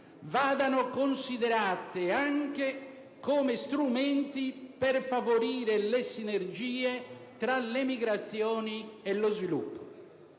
vadano considerati anche come strumenti per favorire le sinergie tra le migrazioni e lo sviluppo.